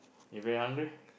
you very hungry